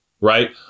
right